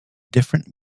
different